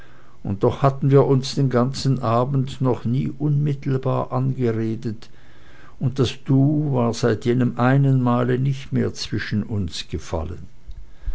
und doch hatten wir uns den ganzen abend noch nie unmittelbar angeredet und das du war seit jenem einen male nie mehr zwischen uns gefallen